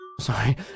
Sorry